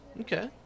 okay